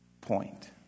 point